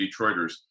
Detroiters